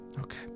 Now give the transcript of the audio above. Okay